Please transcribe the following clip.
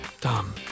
dumb